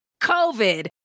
COVID